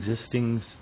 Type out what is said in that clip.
existing